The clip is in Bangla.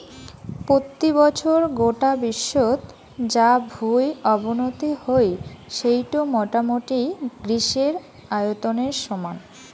পত্যি বছর গোটা বিশ্বত যা ভুঁই অবনতি হই সেইটো মোটামুটি গ্রীসের আয়তনের সমান